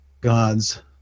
God's